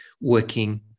working